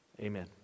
Amen